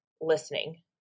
listening